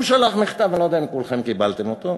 הוא שלח מכתב, אני לא יודע אם כולכם קיבלתם אותו,